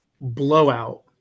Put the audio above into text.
Blowout